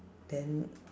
then